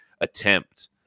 attempt